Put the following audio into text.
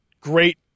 great